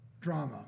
drama